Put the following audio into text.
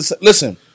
listen